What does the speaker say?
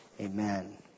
Amen